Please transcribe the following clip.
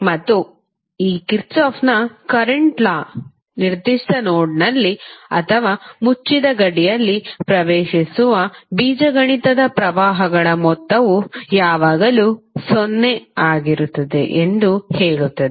ಮತ್ತು ಈ ಕಿರ್ಚಾಫ್ನ ಕರೆಂಟ್ ಲಾKirchhoff's current law ನಿರ್ದಿಷ್ಟ ನೋಡ್ನಲ್ಲಿ ಅಥವಾ ಮುಚ್ಚಿದ ಗಡಿಯಲ್ಲಿ ಪ್ರವೇಶಿಸುವ ಬೀಜಗಣಿತದ ಪ್ರವಾಹಗಳ ಮೊತ್ತವು ಯಾವಾಗಲೂ 0 ಆಗಿರುತ್ತದೆ ಎಂದು ಹೇಳುತ್ತದೆ